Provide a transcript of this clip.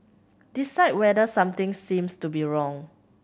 decide whether something seems to be wrong